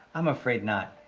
i'm afraid not.